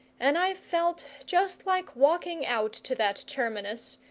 and i felt just like walking out to that terminus,